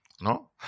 No